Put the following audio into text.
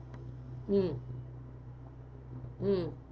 mm mm